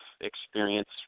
experience